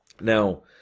Now